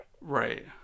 Right